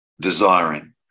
desiring